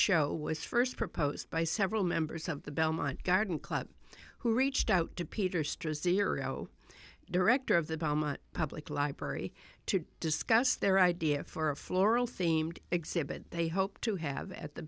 show was first proposed by several members of the belmont garden club who reached out to peter street zero director of the public library to discuss their idea for a floral themed exhibit they hope to have at the